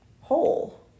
whole